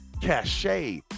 cachet